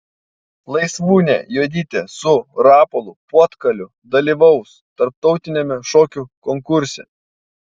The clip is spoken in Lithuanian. laisvūnė juodytė su rapolu puotkaliu dalyvaus tarptautiniame šokių konkurse